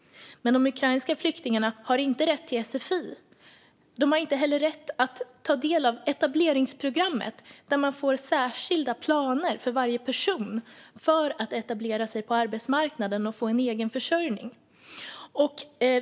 Men de ukrainska flyktingarna har inte rätt till sfi. De har inte heller rätt att ta del av etableringsprogrammet, där varje person får en särskild plan för att kunna etablera sig på arbetsmarknaden och få en egen försörjning.